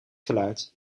geluid